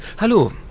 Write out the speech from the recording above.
Hallo